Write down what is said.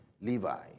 Levi